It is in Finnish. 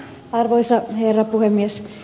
arvoisa herra puhemies